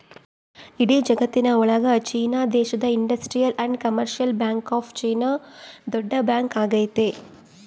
ಇಡೀ ಜಗತ್ತಿನ ಒಳಗ ಚೀನಾ ದೇಶದ industrial and commercial bank of China ದೊಡ್ಡ ಬ್ಯಾಂಕ್ ಆಗೈತೆ